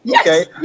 Okay